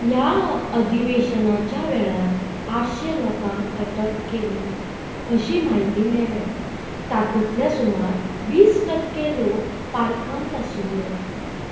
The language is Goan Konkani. ह्या अधिवेशनाच्या वेळार आठशे लोकांक अटक केल्ली अशी म्हायती मेळ्ळ्या तातुंतले सुमार वीस टक्के लोक पारकंत आशिल्ले